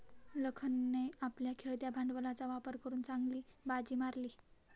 लखनने आपल्या खेळत्या भांडवलाचा वापर करून चांगली बाजी मारली